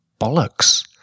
bollocks